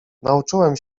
nauczyłem